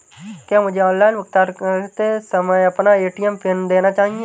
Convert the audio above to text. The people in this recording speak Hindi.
क्या मुझे ऑनलाइन भुगतान करते समय अपना ए.टी.एम पिन देना चाहिए?